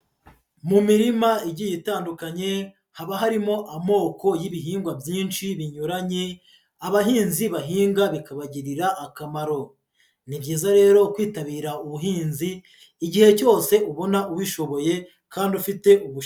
Mu mirima igiye itandukanye haba harimo amoko y'ibihingwa byinshi binyuranye abahinzi bahinga bikabagirira akamaro. Ni byiza rero kwitabira ubuhinzi igihe cyose ubona ubishoboye kandi ufite ubushobozi.